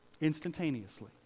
instantaneously